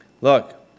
Look